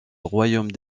royaume